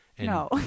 no